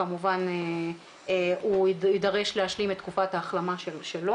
כמובן הוא יידרש להשלים את תקופת ההחלמה שלו,